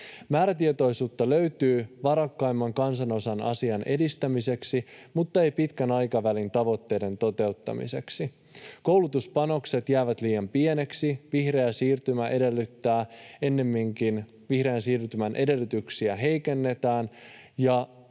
Määrätietoisuutta löytyy varakkaimman kansanosan asian edistämiseksi mutta ei pitkän aikavälin tavoitteiden toteuttamiseksi. Koulutuspanokset jäävät liian pieniksi. Vihreän siirtymän edellytyksiä heikennetään,